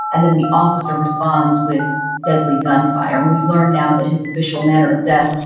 and then the officer responds with deadly gunfire. and we've learned now that his official manner of death,